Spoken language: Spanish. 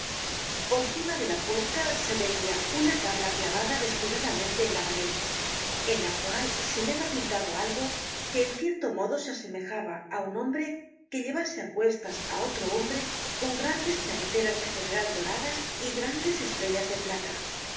por cima de la puerta se veia una tabla clavada descuidadamente en la pared en la cual se hallaba pintado algo que en cierto modo se asemejaba á un hombre que llevase á cuestas á otro hombre con grandes charreteras de general doradas y grandes estrellas